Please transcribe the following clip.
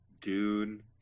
Dune